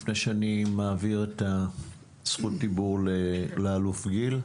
לפני שאני מעביר את זכות הדיבור לאלוף גיל?